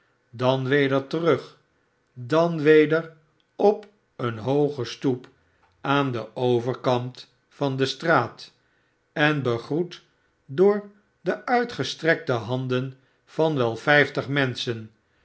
dan weder terug dan weder op eene hooge stoep aan den overkant van de straat en begroet door de uitgestrekte handen van wel vijftig menschen